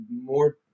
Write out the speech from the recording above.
more